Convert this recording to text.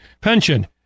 pension